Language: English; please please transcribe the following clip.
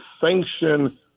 sanction